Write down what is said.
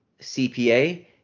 CPA